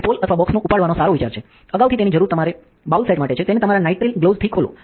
તે પોલ અથવા બોક્સ ને ઉપાડવાનો સારો વિચાર છે અગાઉથી તેનીજરૂર તમારે બાઉલ સેટ માટે છે તેને તમારા નાઇટ્રિલ ગ્લોવ્સથી ખોલો